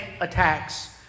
attacks